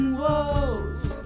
woes